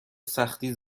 سختی